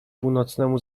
północnemu